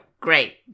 Great